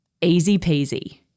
Easy-peasy